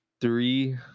three